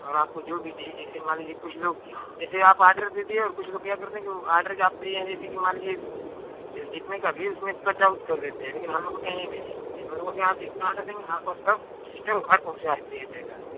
और आपको जो भी चाहिए जैसे कि माँ लीजिए कुछ लोग जैसे आप आर्डर दे दिए और कुछ लोग क्या करते है की आर्डर जो आप दिए हैं जैसे कि मान लीजिए जितने का भी उसमें कट आउट कर देते हैं लेकिन हम लोग के यहाँ ये चीज नहीं है हम लोग के यहाँ जितने का ऑर्डर देंगे आपका सब एके में घर पहुँचा दिया जाएगा